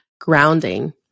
grounding